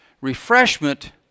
refreshment